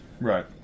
Right